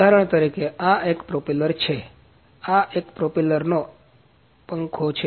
ઉદાહરણ તરીકે આ એક પ્રોપેલર છે આ એક પ્રોપેલરનો પાંખો છે